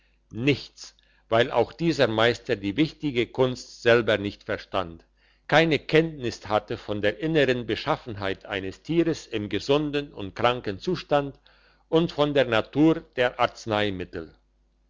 nichts weil auch dieser meister die wichtige kunst selber nicht verstand keine kenntnis hatte von der innern beschaffenheit eines tieres im gesunden und kranken zustand und von der natur der arzneimittel